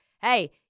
hey